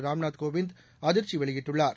ராம்நாத் கோவிந்த் அதிர்ச்சி வெளியிட்டுள்ளார்